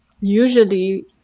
Usually